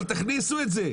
אבל תכניסו את זה.